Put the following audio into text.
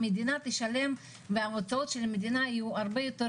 המדינה תשלם וההוצאות של המדינה יהיו הרבה יותר